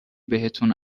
بهتون